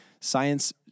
science